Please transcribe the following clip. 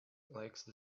lacks